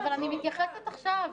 אבל אני מתייחסת עכשיו,